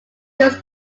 was